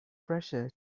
pressure